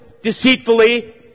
deceitfully